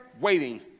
waiting